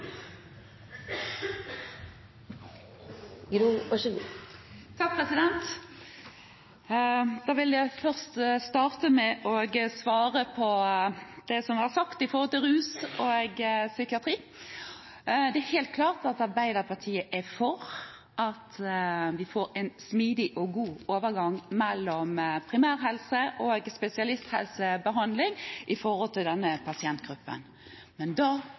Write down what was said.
Jeg vil starte med å svare på det som har vært sagt knyttet til rus og psykiatri. Det er helt klart at Arbeiderpartiet er for at vi får en smidig og god overgang mellom primærhelsebehandling og spesialisthelsebehandling for denne pasientgruppen. Men da